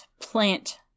plant